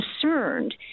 concerned